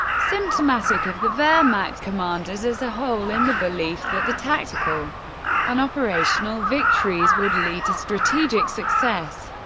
symptomatic of the wehrmacht commanders as a whole in the belief that the tactical and operational victories would lead to strategic success.